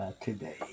today